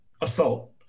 assault